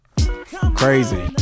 Crazy